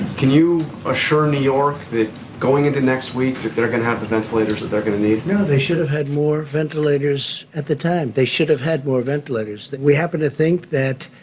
can you assure new york that going into next week, that they're going to have the ventilators that they're going to need? no. they should have had more ventilators at the time. they should have had more ventilators. we happen to think that,